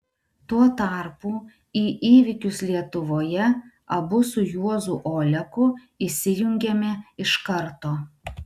tuo tarpu į įvykius lietuvoje abu su juozu oleku įsijungėme iš karto